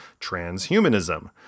Transhumanism